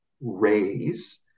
raise